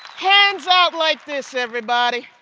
hands up like this everybody.